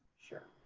sure.